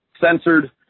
censored